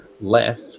left